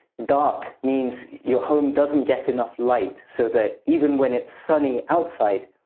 dark means your home doesn't get enough light, so that even when it's sunny outside,